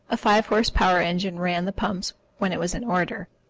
a five-horse power engine ran the pumps when it was in order,